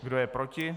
Kdo je proti?